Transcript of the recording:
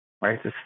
Right